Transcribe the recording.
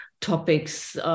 topics